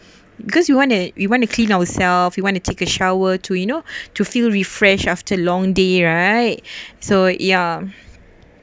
because we want a we want to clean ourself we want to take a shower to you know to feel refreshed after long day right so ya